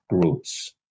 groups